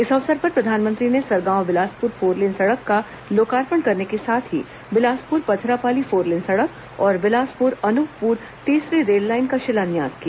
इस अवसर पर प्रधानमंत्री ने सरगांव बिलासपुर फोरलेन सड़क का लोकार्पण करने के साथ ही बिलासपुर पथरापाली फोरलेन सड़क और बिलासपुर अनुपपुर तीसरी रेललाइन का शिलान्यास किया